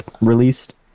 released